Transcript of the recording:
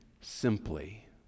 simply